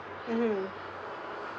mmhmm